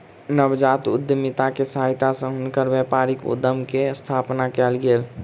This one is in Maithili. नवजात उद्यमिता के सहायता सॅ हुनकर व्यापारिक उद्यम के स्थापना कयल गेल